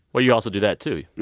well, you also do that, too.